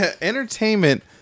entertainment